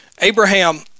Abraham